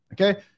Okay